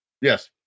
Yes